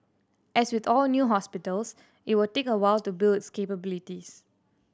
as with all new hospitals it will take a while to build its capabilities